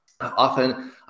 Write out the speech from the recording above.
often